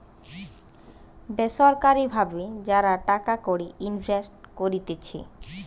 বেসরকারি ভাবে যারা টাকা কড়ি ইনভেস্ট করতিছে